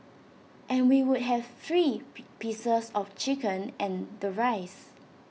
and we would have three pieces of chicken and the rice